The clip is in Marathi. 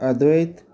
अद्वैत